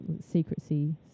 secrecy